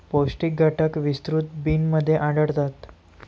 पौष्टिक घटक विस्तृत बिनमध्ये आढळतात